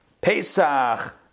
Pesach